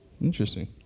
Interesting